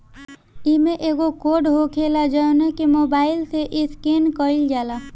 इमें एगो कोड होखेला जवना के मोबाईल से स्केन कईल जाला